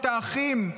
את האחים,